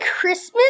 Christmas